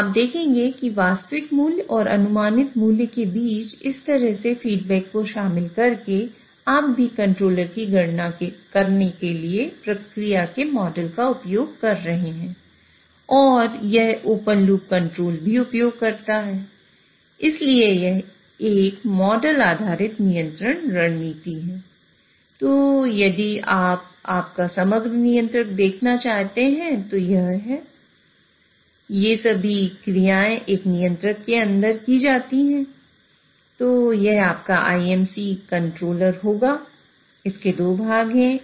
तो आप देखेंगे कि वास्तविक मूल्य और अनुमानित मूल्य के बीच इस तरह के फीडबैक को शामिल करके आप अभी भी कंट्रोलर की गणना करने के लिए प्रक्रिया के मॉडल का उपयोग कर रहे हैं और यह ओपन लूप कंट्रोल है